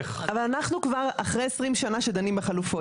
אבל אנחנו כבר אחרי עשרים שנה שדנים בחלופות,